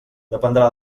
dependrà